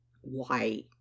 Why